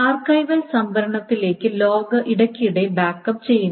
archival സംഭരണത്തിലേക്ക് log ഇടയ്ക്കിടെ backup ചെയ്യുന്നു